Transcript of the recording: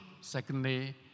secondly